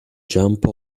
jump